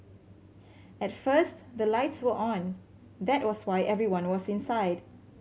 at first the lights were on that was why everyone was inside